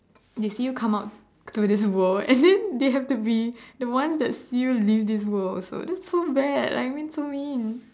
they see you come out to this world and then they have to be the ones that see you leave this world also that's so bad I mean so mean